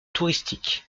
touristique